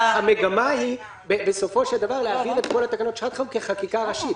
המגמה היא בסופו של דבר להעביר את כל תקנות שעת חירום כחקיקה ראשית.